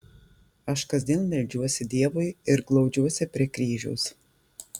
aš kasdien meldžiuosi dievui ir glaudžiuosi prie kryžiaus